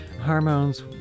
hormones